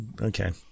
Okay